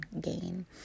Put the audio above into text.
gain